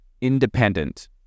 independent